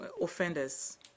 offenders